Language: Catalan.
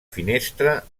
finestra